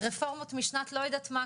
רפורמות משנת לא יודעת מה,